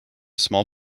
small